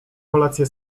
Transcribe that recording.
kolację